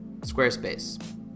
Squarespace